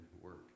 work